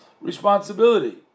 responsibility